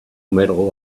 medal